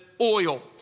oil